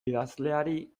idazleari